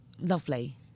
lovely